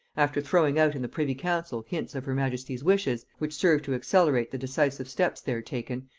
after throwing out in the privy-council hints of her majesty's wishes, which served to accelerate the decisive steps there taken,